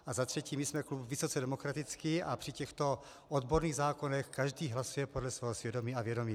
A za třetí, my jsme klub vysoce demokratický a při těchto odborných zákonech každý hlasuje podle svého svědomí a vědomí.